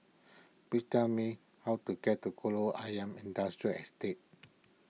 please tell me how to get to Kolam Ayer Industrial Estate